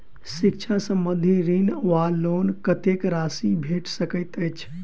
शिक्षा संबंधित ऋण वा लोन कत्तेक राशि भेट सकैत अछि?